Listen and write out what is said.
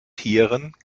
tieren